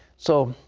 so